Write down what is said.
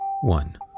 One